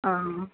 ஆ ஆ